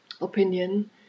opinion